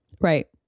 Right